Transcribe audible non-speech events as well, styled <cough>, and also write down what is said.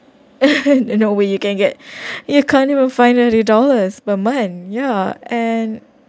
<laughs> in a way you can get you can't even find hundred dollars per month ya and